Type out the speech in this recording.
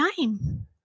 time